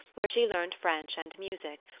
where she learned french and music,